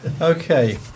Okay